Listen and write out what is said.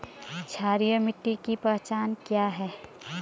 क्षारीय मिट्टी की पहचान क्या है?